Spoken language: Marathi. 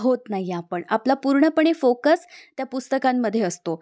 होत नाही आपण आपला पूर्णपणे फोकस त्या पुस्तकांमध्ये असतो